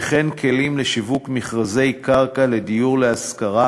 וכן כלים לשיווק מכרזי קרקע לדיור להשכרה,